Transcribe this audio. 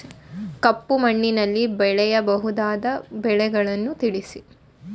ಕಪ್ಪು ಮಣ್ಣಿನಲ್ಲಿ ಬೆಳೆಯಬಹುದಾದ ಬೆಳೆಗಳನ್ನು ತಿಳಿಸಿ?